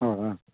ಹಾಂ ಹಾಂ